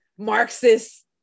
marxist